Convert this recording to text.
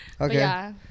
Okay